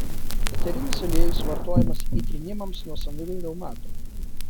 eterinis aliejus vartojamas įtrynimams nuo sąnarių reumato